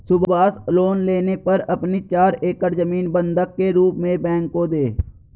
Subhash loan लेने पर अपनी चार एकड़ जमीन बंधक के रूप में बैंक को दें